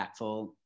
impactful